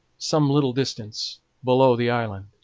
some little distance below the island.